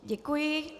Děkuji.